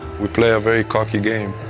we played a very cocky game.